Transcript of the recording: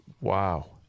Wow